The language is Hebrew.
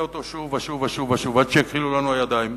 אותו שוב ושוב עד שיכחילו לנו הידיים.